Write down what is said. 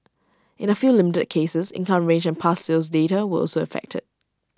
in A few limited cases income range and past sales data were also affected